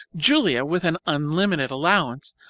julia, with an unlimited allowance,